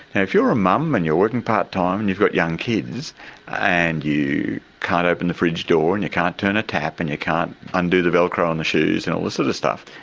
if you're a mum and you're working part-time and you've got young kids and you can't open the fridge door and you can't turn a tap and you can't undo the velcro on the shoes and all this sort of stuff,